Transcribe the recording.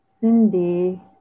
Cindy